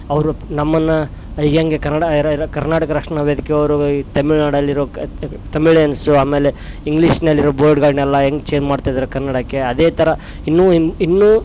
ಅವರು ನಮ್ಮನ್ನ ಹೇಗೆ ಕನ್ನಡ ಎರ ಎರ ಕರ್ನಾಟಕ ರಕ್ಷಣಾ ವೇದಿಕೆ ಅವರು ತಮಿಳ್ನಾಡಲ್ಲಿರೋ ಕ ಕ ತಮಿಳಿಯನ್ಸು ಆಮೇಲೆ ಇಂಗ್ಲಿಷ್ನಲ್ಲಿರೋ ಬೋರ್ಡ್ಗಳ್ನೆಲ್ಲ ಹೆಂಗೆ ಚೇಂಜ್ ಮಾಡ್ತಿದ್ದಾರೆ ಕನ್ನಡಕ್ಕೆ ಅದೇ ಥರ ಇನ್ನು ಇನ್ನು